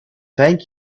thank